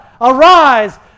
Arise